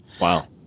Wow